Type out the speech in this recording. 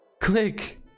Click